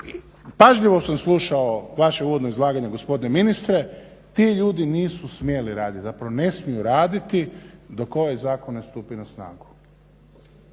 pažljivo sam slušao vaše uvodno izlaganje gospodine ministre, ti ljudi nisu smjeli raditi, zapravo ne smiju raditi dok ovaj zakon ne stupi na snagu.